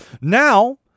Now